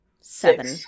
seven